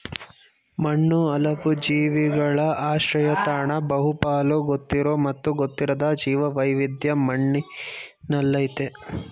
ಮಣ್ಣು ಹಲವು ಜೀವಿಗಳ ಆಶ್ರಯತಾಣ ಬಹುಪಾಲು ಗೊತ್ತಿರೋ ಮತ್ತು ಗೊತ್ತಿರದ ಜೀವವೈವಿಧ್ಯ ಮಣ್ಣಿನಲ್ಲಯ್ತೆ